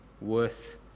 worth